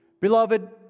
Beloved